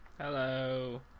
Hello